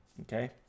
Okay